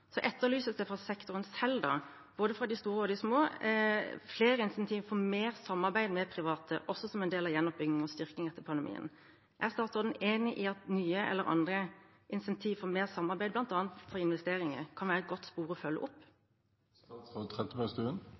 Så etterlyses det fra sektoren selv, fra både de store og de små, flere insentiver for mer samarbeid med private, også som en del av gjenoppbyggingen og styrkingen etter pandemien. Er statsråden enig i at nye eller andre insentiv for mer samarbeid, bl.a. fra investeringer, kan være et godt spor å følge opp?